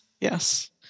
yes